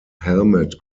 helmet